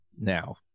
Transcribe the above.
Now